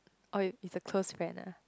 or~ is a close friend ah